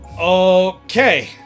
Okay